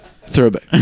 Throwback